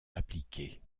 appliquées